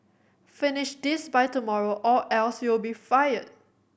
finish this by tomorrow or else you'll be fired